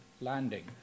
landing